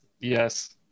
Yes